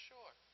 Sure